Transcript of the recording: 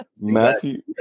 Matthew